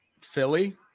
Philly